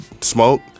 smoke